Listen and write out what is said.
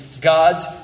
God's